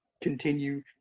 continue